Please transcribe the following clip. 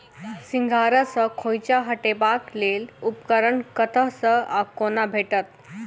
सिंघाड़ा सऽ खोइंचा हटेबाक लेल उपकरण कतह सऽ आ कोना भेटत?